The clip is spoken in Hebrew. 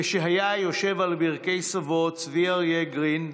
כשהיה יושב על ברכי סבו, צבי אריה גרין,